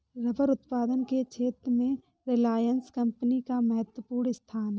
rubber उत्पादन के क्षेत्र में रिलायंस कम्पनी का महत्त्वपूर्ण स्थान है